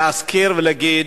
להזכיר ולהגיד: